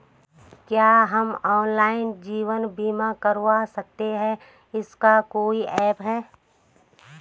क्या हम ऑनलाइन जीवन बीमा करवा सकते हैं इसका कोई ऐप है?